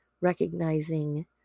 recognizing